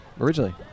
originally